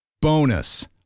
Bonus